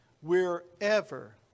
wherever